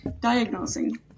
diagnosing